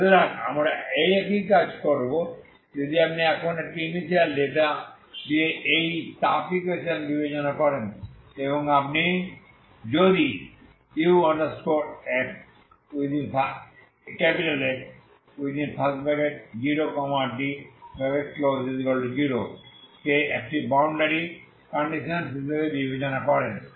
সুতরাং আমরা একই কাজ করব যদি আপনি এখন একই ইনিশিয়াল ডেটা দিয়ে একই তাপ ইকুয়েশন বিবেচনা করেন এবং এখন আপনি এই u x 0 t 0 কে একটি বাউন্ডারি কন্ডিশনস হিসাবে বিবেচনা করেন